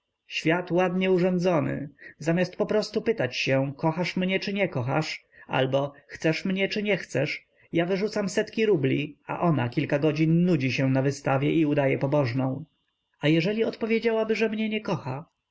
świat ładnie urządzony zamiast poprostu pytać się kochasz mnie czy nie kochasz albo chcesz mnie czy nie chcesz ja wyrzucam setki rubli a ona kilka godzin nudzi się na wystawie i udaje pobożną a jeżeli odpowiedziałaby że mnie nie kocha